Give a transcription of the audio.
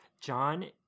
john